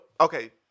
okay